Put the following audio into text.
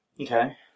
Okay